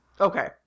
Okay